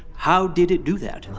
how did it do that?